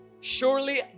surely